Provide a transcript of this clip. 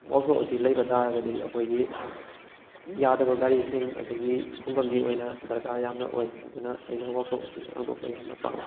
workshop ꯑꯁꯤ ꯂꯩꯕ ꯇꯥꯔꯒꯗꯤ ꯑꯩꯈꯣꯏꯒꯤ ꯌꯥꯗꯕ ꯒꯥꯔꯤꯁꯤꯡ ꯑꯗꯒꯤ ꯈꯨꯡꯒꯪꯒꯤ ꯑꯣꯏꯅ ꯗꯔꯀꯥꯔ ꯌꯥꯝꯅ ꯑꯣꯏ ꯑꯗꯨꯅ ꯑꯩꯅ ꯋꯥꯛꯁꯣꯞ ꯑꯁꯤ ꯍꯥꯡꯗꯣꯛꯄ ꯌꯥꯝꯅ ꯄꯥꯝꯃꯤ